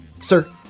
Sir